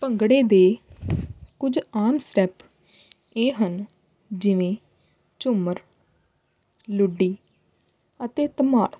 ਭੰਗੜੇ ਦੇ ਕੁਝ ਆਮ ਸਟੈੱਪ ਇਹ ਹਨ ਜਿਵੇਂ ਝੁੰਮਰ ਲੁੱਡੀ ਅਤੇ ਧਮਾਲ